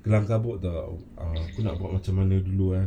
kelam-kabut [tau] ah aku nak buat macam mana dulu ah